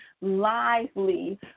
lively